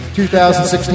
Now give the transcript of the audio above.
2016